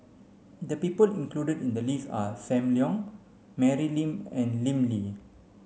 the people included in the list are Sam Leong Mary Lim and Lim Lee